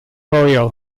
royal